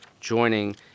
joining